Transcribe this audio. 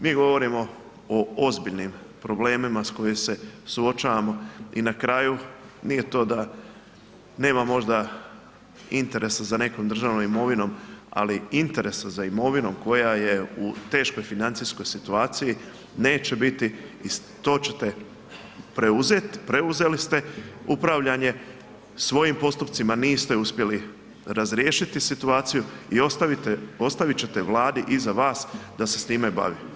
Mi govorimo o ozbiljnim problemima s kojima se suočavamo i na kraju, nije to da nema možda interesa za nekom državnom imovinom, ali interesa za imovinom koja je u teškoj financijskoj situaciji, neće biti i to ćete preuzeti, preuzeli ste upravljanje, svojim postupcima niste uspjeli razriješiti situaciju i ostavit ćete Vladi iza vas da se s time bavi.